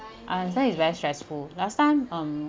I understand it's very stressful last time um